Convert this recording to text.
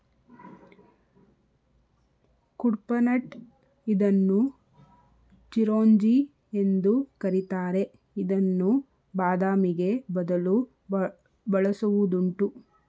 ಕುಡ್ಪನಟ್ ಇದನ್ನು ಚಿರೋಂಜಿ ಎಂದು ಕರಿತಾರೆ ಇದನ್ನು ಬಾದಾಮಿಗೆ ಬದಲು ಬಳಸುವುದುಂಟು